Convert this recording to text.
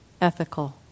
ethical